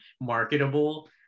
marketable